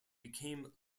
became